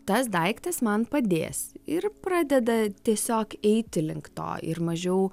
tas daiktas man padės ir pradeda tiesiog eiti link to ir mažiau